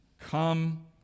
Come